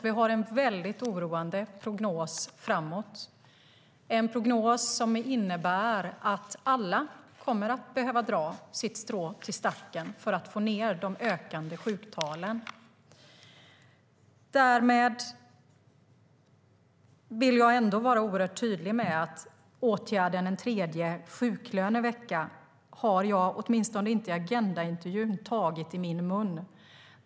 Vi har en väldigt oroande prognos framåt, en prognos som innebär att alla kommer att behöva dra sitt strå till stacken för att få ned de ökande sjuktalen. Med det sagt vill jag vara oerhört tydlig: Åtgärden en tredje sjuklönevecka har jag, åtminstone inte i Agenda intervjun, tagit i min mun.